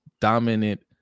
dominant